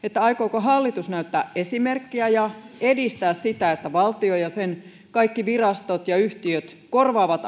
aikooko hallitus näyttää esimerkkiä ja edistää sitä että valtio ja sen kaikki virastot ja yhtiöt korvaavat